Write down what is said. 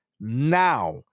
now